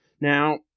now